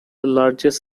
largest